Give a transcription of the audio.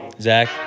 Zach